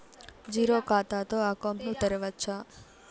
Zero ఖాతా తో account ను తెరవచ్చా?